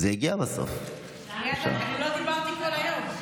בקפלן, חבר הכנסת דן אילוז,